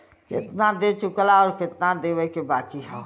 केतना दे चुकला आउर केतना देवे के बाकी हौ